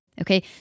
Okay